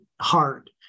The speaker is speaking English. hard